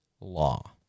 law